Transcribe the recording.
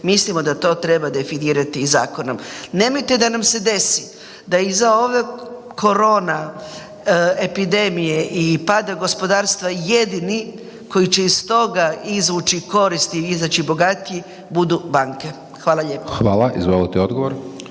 mislimo da to treba definirati i zakonom. Nemojte da nam se desi da iza ove korona epidemije i pada gospodarstva jedini koji će iz toga izvući korist i izaći bogatiji budu banke. Hvala lijepo. **Hajdaš Dončić,